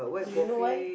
do you know why